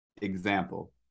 Example